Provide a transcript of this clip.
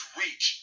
reach